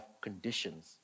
conditions